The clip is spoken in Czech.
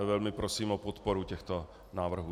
Velmi prosím o podporu těchto návrhů.